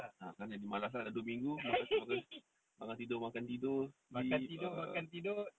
ah sekarang jadi malas ah dah dua minggu makan tidur makan tidur sleep err